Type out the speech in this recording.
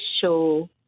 show